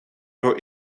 door